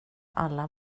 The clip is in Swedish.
alla